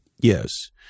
Yes